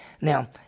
Now